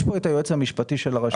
נמצא כאן היועץ המשפטי של הרשות.